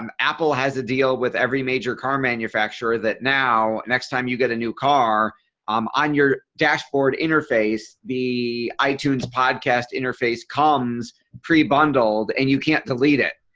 um apple has to deal with every major car manufacturer that now. next time you got a new car um on your dashboard interface the itunes podcast interface comes pre-bundled and you can't delete it.